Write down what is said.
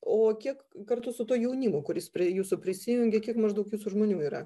o kiek kartu su tuo jaunimu kuris prie jūsų prisijungia kiek maždaug jūsų žmonių yra